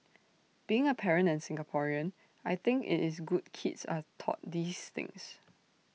being A parent and Singaporean I think IT is good kids are taught these things